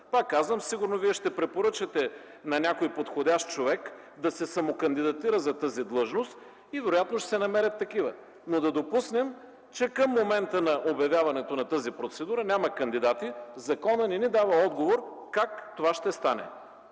Пак казвам, сигурно вие ще препоръчате на някой подходящ човек да се самокандидатира за тази длъжност и вероятно ще се намерят такива. Но да допуснем, че към момента на обявяването на тази процедура няма кандидати, законът не ни дава отговор как това ще стане.